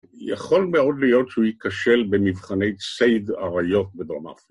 יכול מאוד להיות שהוא ייכשל במבחני ציד אריות בדרום אפריקה.